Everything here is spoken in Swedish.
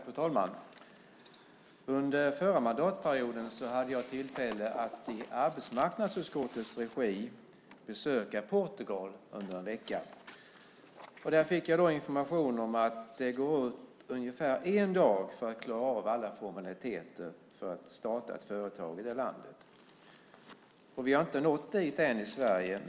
Fru talman! Under förra mandatperioden hade jag tillfälle att i arbetsmarknadsutskottets regi besöka Portugal under en vecka. Där fick jag information om att det går åt ungefär en dag för att klara av alla formaliteter för att starta ett företag i det landet. Vi har inte nått dit än i Sverige.